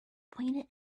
pointed